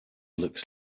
looks